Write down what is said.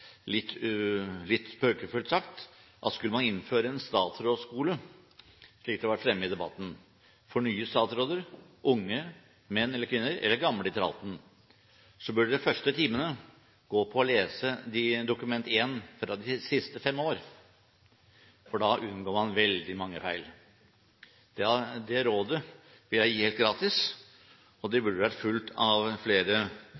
litt spøkefullt sagt: Skulle man ha innført en statsrådskole, slik det har vært fremme i debatten, for nye statsråder, unge – menn eller kvinner – eller gamle i tralten, burde de første timene gå på å lese Dokument 1 fra de siste fem årene. Da ville man unngå veldig mange feil! Det rådet vil jeg gi helt gratis, og det burde vært fulgt av flere